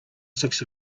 six